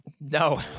No